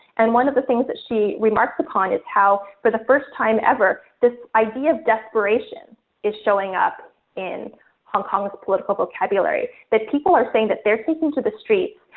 and one of the things that she remarked upon is how for the first time ever, this idea of desperation is showing up in hong kong with a political vocabulary. that people are saying that they're taking to the streets,